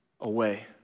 away